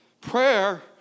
Prayer